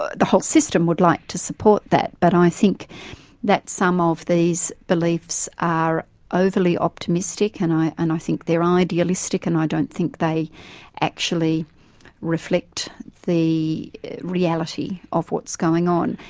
ah the whole system would like to support that, but i think that some of these beliefs are overly optimistic, and i and i think they're um idealistic and i don't think they actually reflect the reality of what's going on,